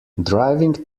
driving